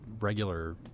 regular